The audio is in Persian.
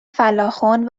فَلاخُن